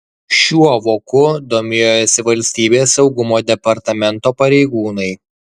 šiuo voku domėjosi valstybės saugumo departamento pareigūnai